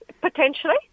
Potentially